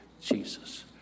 Jesus